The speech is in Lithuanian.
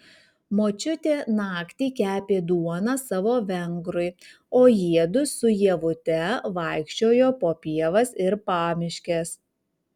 močiutė naktį kepė duoną savo vengrui o jiedu su ievute vaikščiojo po pievas ir pamiškes